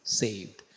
saved